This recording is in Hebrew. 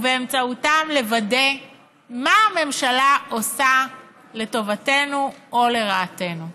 ובאמצעותו לוודא מה הממשלה עושה לטובתנו או לרעתנו.